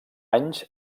anys